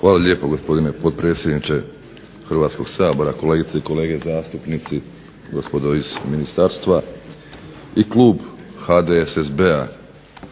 Hvala lijepo, gospodine potpredsjedniče Hrvatskoga sabora. Kolegice i kolege zastupnici, gospodo iz ministarstva. I klub HDSSB-a